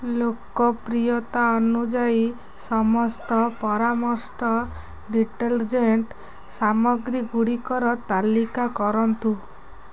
ଲୋକପ୍ରିୟତା ଅନୁଯାୟୀ ସମସ୍ତ ପରାମଷ୍ଟ ଡିଟର୍ଜେଣ୍ଟ୍ ସାମଗ୍ରୀଗୁଡ଼ିକର ତାଲିକା କରନ୍ତୁ